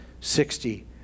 sixty